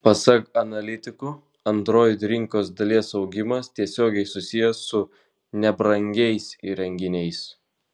pasak analitikų android rinkos dalies augimas tiesiogiai susijęs su nebrangiais įrenginiais